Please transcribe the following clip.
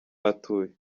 atuye